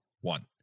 One